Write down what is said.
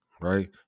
right